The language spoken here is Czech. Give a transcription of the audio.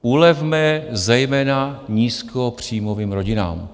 Ulevme zejména nízkopříjmovým rodinám.